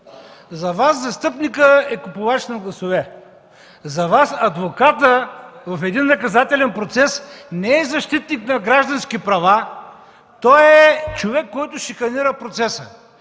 За Вас застъпникът е купувач на гласове, за Вас адвокатът в един наказателен процес не е защитник на граждански права, той е човек, който шиканира процеса.